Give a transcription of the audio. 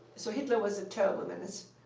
so hitler was a terrible menace,